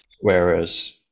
whereas